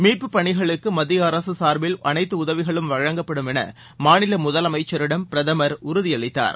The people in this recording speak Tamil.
மீட்புப் பணிகளுக்கு மத்திய அரசு சார்பில் அனைத்து உதவிகளும் வழங்கப்படும் என மாநில முதலமைச்சரிடம் பிரதமர் உறுதி அளித்தார்